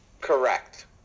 Correct